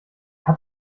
hat